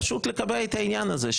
פשוט לקבל את העניין הזה,